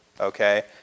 Okay